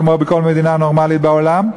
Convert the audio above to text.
כמו בכל מדינה נורמלית בעולם,